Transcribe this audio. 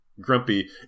grumpy